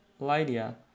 Lydia